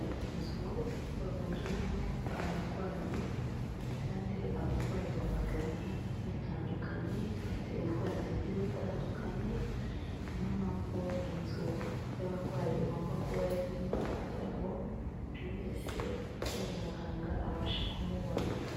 Inzu bavuriramo abarwayi kandi abarwayi babagana batandukanye, bafite indwara zigiye zitandukanye. Niyo mpamvu inzu y'abarwayi igomba kuba ari nini kugira ngo buri wese ukeneye umuganga abashe kumubona.